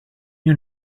you